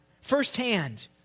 firsthand